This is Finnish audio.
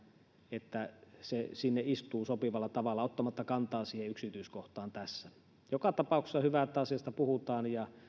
että se sinne istuu sopivalla tavalla ottamatta kantaa siihen yksityiskohtaan tässä joka tapauksessa on hyvä että asiasta puhutaan ja